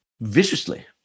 viciously